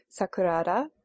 Sakurada